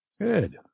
Good